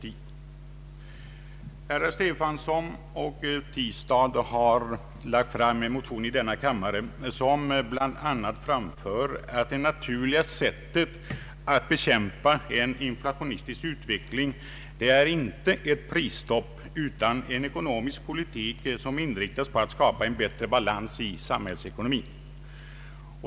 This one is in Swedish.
Herrar Stefanson och Tistad i denna kammare har lagt fram en motion, där de bl.a. framför att det naturliga sättet att bekämpa en inflationistisk utveckling inte är ett prisstopp utan en ekonomisk politik som inriktas på att skapa en bättre balans i samhällsekonomin.